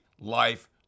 life